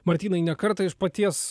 martynai ne kartą iš paties